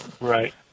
right